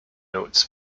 notes